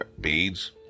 beads